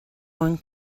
one